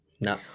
No